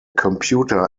computer